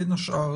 בין השאר,